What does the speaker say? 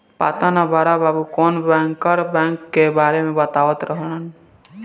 पाता ना बड़ा बाबु कवनो बैंकर बैंक के बारे में बतावत रहलन